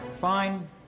Fine